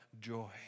joy